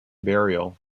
burial